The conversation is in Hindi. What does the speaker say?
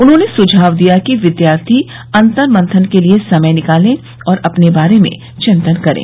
उन्होंने सुझाव दिया कि विद्यार्थी अंतर्मन्थन के लिए समय निकालें और अपने बारे में चिंतन करें